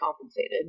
compensated